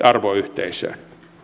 arvoyhteisöön